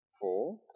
four